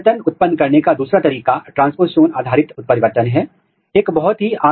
यह बढ़ती Arabidopsis जड़ का एक अनुदैर्ध्य दृश्य है यह एंडोडर्मिस है